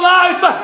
life